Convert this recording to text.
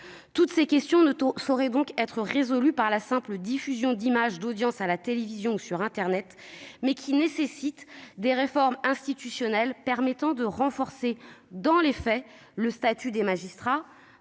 Toutes ces questions ne sauraient donc être résolues par la simple diffusion d'images d'audience à la télévision ou sur internet : elles nécessitent des réformes institutionnelles permettant de renforcer dans les faits le statut des magistrats-